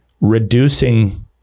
reducing